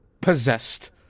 possessed